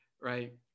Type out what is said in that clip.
right